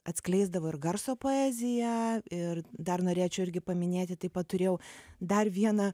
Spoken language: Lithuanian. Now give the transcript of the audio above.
atskleisdavo ir garso poeziją ir dar norėčiau irgi paminėti taip pat turėjau dar vieną